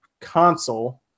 console